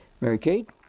Mary-Kate